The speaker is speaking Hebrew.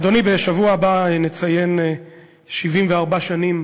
אדוני, בשבוע הבא נציין 74 שנים